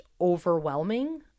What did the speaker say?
overwhelming